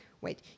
wait